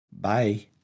Bye